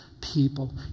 people